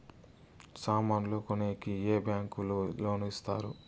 సామాన్లు కొనేకి ఏ బ్యాంకులు లోను ఇస్తారు?